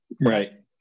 Right